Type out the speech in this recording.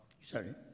Sorry